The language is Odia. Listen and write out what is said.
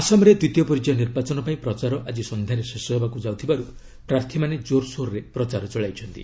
ଆସାମରେ ଦ୍ୱିତୀୟ ପର୍ଯ୍ୟାୟ ନିର୍ବାଚନ ପାଇଁ ପ୍ରଚାର ଆଜି ସଂଧ୍ୟାରେ ଶେଷ ହେବାକୁ ଯାଉଥିବାରୁ ପ୍ରାର୍ଥୀମାନେ କୋର୍ସୋର୍ରେ ପ୍ରଚାର ଚଳାଇଛନ୍ତି